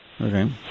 Okay